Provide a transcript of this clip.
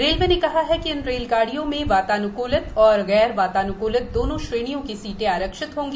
railway ने कहा है कि इन रेलगांडियों में वातान्कुलित और गैर वातानुकुलित दोनों श्रेणियों की सीटें आरक्षित होंगी